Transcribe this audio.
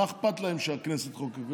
מה אכפת להם שהכנסת חוקקה?